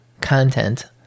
content